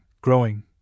growing